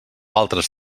altres